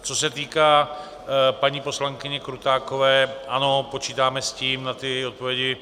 Co se týká paní poslankyně Krutákové, ano, počítáme s tím, na ty odpovědi.